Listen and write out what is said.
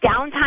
downtime